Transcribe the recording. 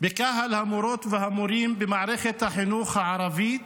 בקהל המורות והמורים במערכת החינוך הערבית.